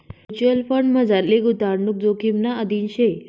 mutual फंडमझारली गुताडणूक जोखिमना अधीन शे